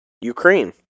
Ukraine